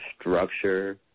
structure